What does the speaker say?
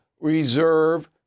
reserve